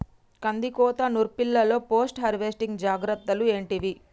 కందికోత నుర్పిల్లలో post harvesting జాగ్రత్తలు ఏంటివి?